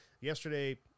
yesterday